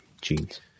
jeans